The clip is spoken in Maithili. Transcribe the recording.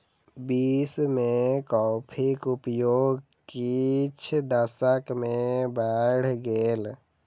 विश्व में कॉफ़ीक उपयोग किछ दशक में बैढ़ गेल